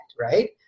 right